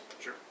Sure